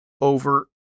over